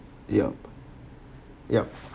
yup yup